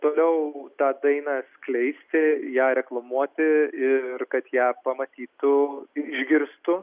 toliau tą dainą skleisti ją reklamuoti ir kad ją pamatytų ir išgirstų